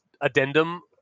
addendum